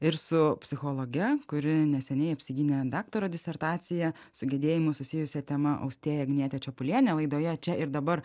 ir su psichologe kuri neseniai apsigynė daktaro disertaciją su gedėjimu susijusia tema austėja agniete čepuliene laidoje čia ir dabar